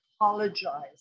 apologize